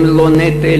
הם לא נטל,